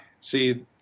See